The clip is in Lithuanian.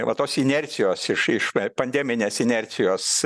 va tos inercijos iš iš pandeminės inercijos